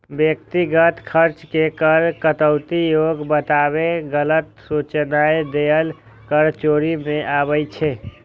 व्यक्तिगत खर्च के कर कटौती योग्य बताके गलत सूचनाय देनाय कर चोरी मे आबै छै